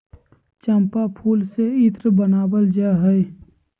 चम्पा फूल से इत्र बनावल जा हइ